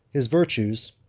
his virtues,